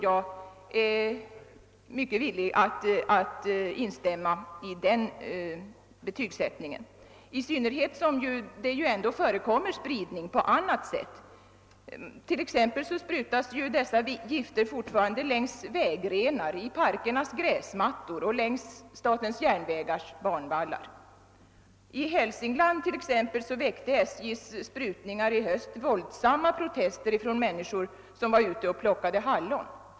Jag är mycket villig att instämma i den betygsättningen, i synnerhet som det ändå förekommer spridning på annat sätt. Exempelvis sprutas dessa gifter fortfarande längs vägrenar, på parkernas gräsmattor och längs statens järnvägars banvallar. I Hälsingland väckte SJ:s besprutningar i höst våldsamma protester från folk som var ute och plockade hallon.